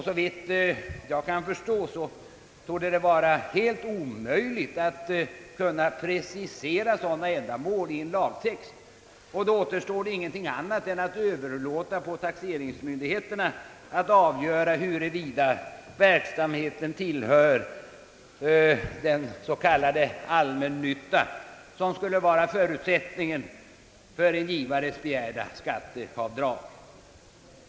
Såvitt jag kan förstå torde det vara helt omöjligt att precisera sådana ändamål i en lagtext. Då återstår ingenting annat än att överlåta på taxeringsmyndigheterna att avgöra, huruvida verksamheten bedrivs för sådant allmännyttigt ändamål som utgör förutsättningen för en givares begärda skatteavdrag.